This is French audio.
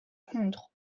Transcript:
contre